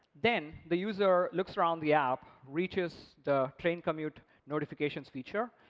then, the user looks around the app, reaches the train commute notifications feature,